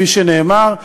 כפי שנאמר,